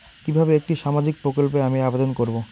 কিভাবে একটি সামাজিক প্রকল্পে আমি আবেদন করব?